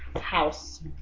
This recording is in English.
house